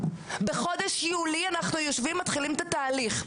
בחודש יולי אנחנו מתחילים את התהליך.